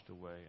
away